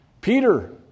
Peter